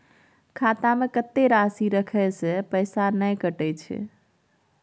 खाता में कत्ते राशि रखे से पैसा ने कटै छै?